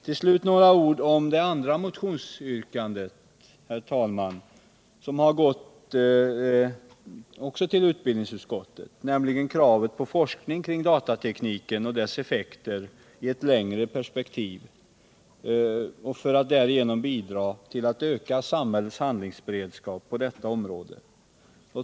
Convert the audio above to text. Till slut några ord om det till utbildningsutskottet remitterade motionsyrkandet med krav på forskning om datatekniken och dess effekter i ett längre perspektiv för att därigenom bidra till att öka samhällets handlingsberedskap på detta område.